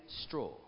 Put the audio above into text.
straw